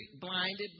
blinded